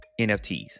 NFTs